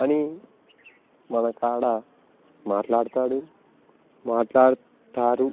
అని మనకాడ మాట్లాడతాడు మాట్లాడతారు